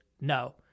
no